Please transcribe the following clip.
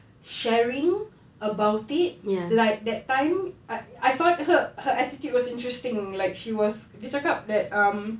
sharing about it like that time I I thought her her attitude was interesting like she was dia cakap that um